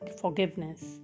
forgiveness